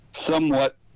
somewhat